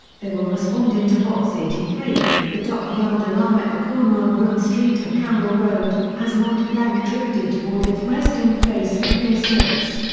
they were responding to box eighty three, the dockyard alarm at the corner of roome street and campbell road, as mont-blanc drifted toward its resting place at pier six.